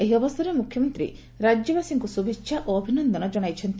ଏହି ଅବସରରେ ମୁଖ୍ୟମନ୍ତୀ ରାଜ୍ୟବାସୀଙ୍କୁ ଶୁଭେଇା ଓ ଅଭିନନ୍ଦନ ଜଣାଇଛନ୍ତି